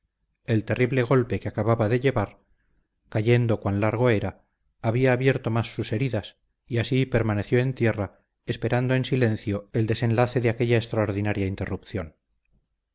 el terrible golpe que acababa de llevar cayendo cuan largo era había abierto más sus heridas y así permaneció en tierra esperando en silencio el desenlace de aquella extraordinaria interrupción